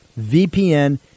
VPN